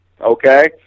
okay